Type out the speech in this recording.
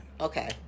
Okay